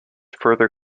further